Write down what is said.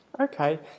Okay